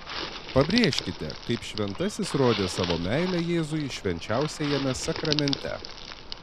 pabrėžkite kaip šventasis rodė savo meilę jėzui švenčiausiajame sakramente